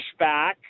pushback